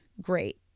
Great